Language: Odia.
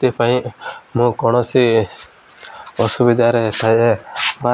ସେଥିପାଇଁ ମୁଁ କୌଣସି ଅସୁବିଧାରେ ଥାଏ ବା